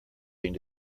being